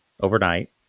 Overnight